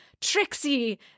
Trixie